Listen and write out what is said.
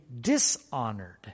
dishonored